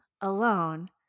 alone